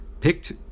picked